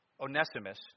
Onesimus